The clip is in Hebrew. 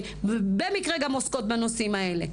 במקרה הן גם עוסקות בנושאים האלה.